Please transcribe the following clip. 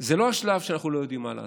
זה לא השלב שאנחנו לא יודעים מה לעשות.